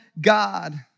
God